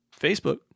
Facebook